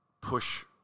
push